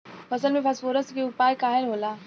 फसल में फास्फोरस के उपयोग काहे होला?